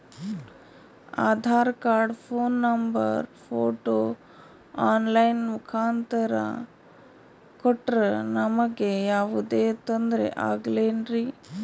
Aadhaar card, phone number, photo online ಮುಖಾಂತ್ರ ಕೊಟ್ರ ನಮಗೆ ಯಾವುದೇ ತೊಂದ್ರೆ ಆಗಲೇನ್ರಿ?